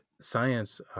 science